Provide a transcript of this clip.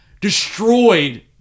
destroyed